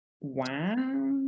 Wow